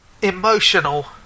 Emotional